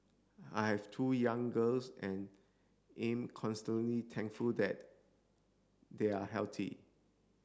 I have two young girls and am constantly thankful that they are healthy